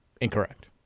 Incorrect